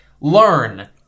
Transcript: learn